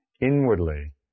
Inwardly